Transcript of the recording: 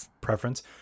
preference